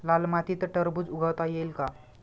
लाल मातीत टरबूज उगवता येईल का?